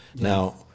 Now